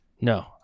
No